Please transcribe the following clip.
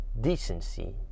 decency